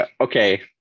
okay